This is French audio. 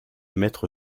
mettre